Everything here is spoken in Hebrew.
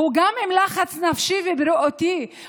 הוא גם עם לחץ נפשי ובריאותי,